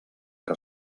que